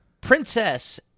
Princess